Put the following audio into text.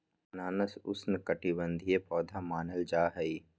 अनानास उष्णकटिबंधीय पौधा मानल जाहई